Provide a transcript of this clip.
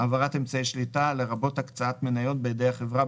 "העברת אמצעי שליטה" לרבות הקצאת מניות בידי החברה,